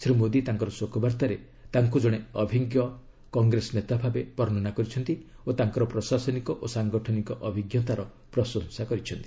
ଶ୍ରୀ ମୋଦୀ ତାଙ୍କର ଶୋକବାର୍ତ୍ତାରେ ତାଙ୍କୁ ଜଣେ ଅଭିଜ୍ଞ କଂଗ୍ରେସ ନେତା ଭାବେ ବର୍ଣ୍ଣନା କରିଛନ୍ତି ଓ ତାଙ୍କର ପ୍ରଶାସନିକ ଓ ସାଂଗଠନିକ ଅଭିଜ୍ଞତାର ପ୍ରଶଂସା କରିଛନ୍ତି